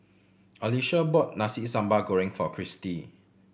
Alesha bought Nasi Sambal Goreng for Christie